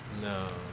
No